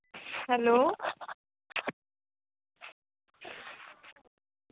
hello